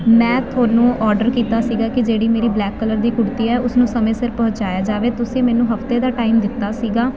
ਮੈਂ ਤੁਹਾਨੂੰ ਓਰਡਰ ਕੀਤਾ ਸੀਗਾ ਕਿ ਜਿਹੜੀ ਮੇਰੀ ਬਲੈਕ ਕਲਰ ਦੀ ਕੁੜਤੀ ਹੈ ਉਸਨੂੰ ਸਮੇਂ ਸਿਰ ਪਹੁੰਚਾਇਆ ਜਾਵੇ ਤੁਸੀਂ ਮੈਨੂੰ ਹਫਤੇ ਦਾ ਟਾਈਮ ਦਿੱਤਾ ਸੀਗਾ